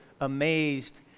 amazed